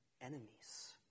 enemies